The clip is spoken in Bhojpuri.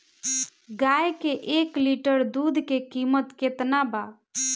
गाय के एक लीटर दूध के कीमत केतना बा?